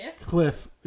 Cliff